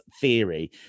theory